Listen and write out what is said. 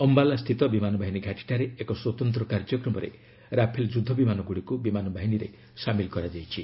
ଅମ୍ଘାଲା ସ୍ଥିତ ବିମାନ ବାହିନୀ ଘାଟିଠାରେ ଏକ ସ୍ପତନ୍ତ୍ର କାର୍ଯ୍ୟକ୍ରମରେ ରାଫେଲ ଯୁଦ୍ଧ ବିମାନଗୁଡ଼ିକୁ ବିମାନ ବାହିନୀରେ ସାମିଲ କରାଯାଇଛି